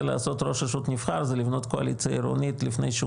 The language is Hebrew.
לעשות ראש רשות נבחר זה לבנות קואליציה עירונית לפני שהוא